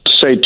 say